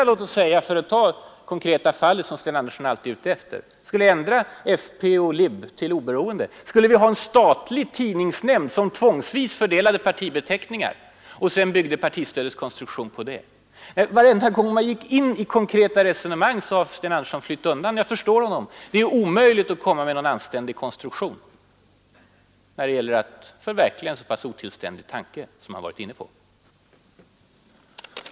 Låt oss säga att man ändrade beteckningarna eller till . Skulle vi då ha en statlig tidningsnämnd som tvångsvis fördelade partibeteckningar och sedan byggde partistödskonstruktionen på det? Varje gång vi har gått in i konkreta resonemang har Sten Andersson flytt undan. Och jag förstår honom. Det är omöjligt att göra en anständig konstruktion när det gäller att förverkliga en så pass otillständig tanke som man här varit inne på.